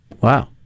Wow